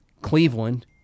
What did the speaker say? Cleveland